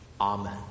Amen